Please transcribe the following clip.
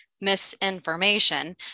misinformation